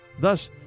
Thus